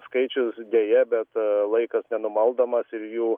skaičius deja bet laikas nenumaldomas ir jų